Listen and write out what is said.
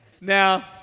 Now